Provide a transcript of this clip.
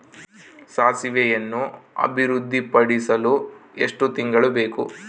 ಸಾಸಿವೆಯನ್ನು ಅಭಿವೃದ್ಧಿಪಡಿಸಲು ಎಷ್ಟು ತಿಂಗಳು ಬೇಕು?